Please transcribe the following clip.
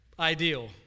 ideal